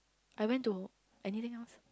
I went to anything else